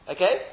Okay